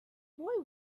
boy